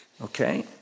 Okay